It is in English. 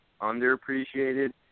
underappreciated